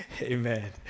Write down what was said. Amen